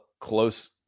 close